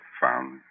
found